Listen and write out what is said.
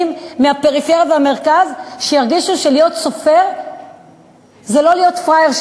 מהפריפריה והמרכז שירגישו שלהיות סופר זה לא להיות פראייר,